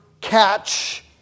catch